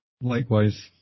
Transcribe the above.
Likewise